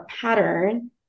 pattern